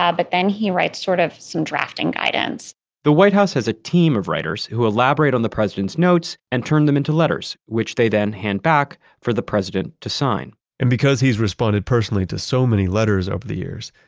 ah but then he writes sort of some drafting guidance the white house has a team of writers who elaborate on the president's notes and turn them into letters, which they then hand back for the president to sign and because he's responded personally to so many letters over the years,